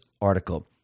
article